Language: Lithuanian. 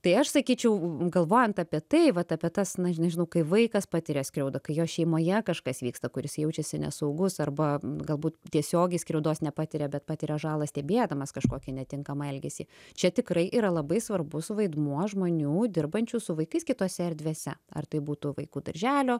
tai aš sakyčiau galvojant apie tai vat apie tas na aš nežinau kai vaikas patiria skriaudą kai jo šeimoje kažkas vyksta kuris jaučiasi nesaugus arba galbūt tiesiogiai skriaudos nepatiria bet patiria žalą stebėdamas kažkokį netinkamą elgesį čia tikrai yra labai svarbus vaidmuo žmonių dirbančių su vaikais kitose erdvėse ar tai būtų vaikų darželio